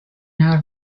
حرف